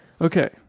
Okay